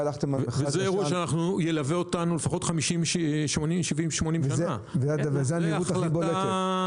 וזה הנראות הכי בולטת.